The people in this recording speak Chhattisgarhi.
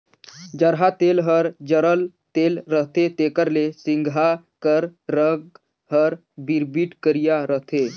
जरहा तेल हर जरल तेल रहथे तेकर ले सिगहा कर रग हर बिरबिट करिया रहथे